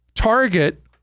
Target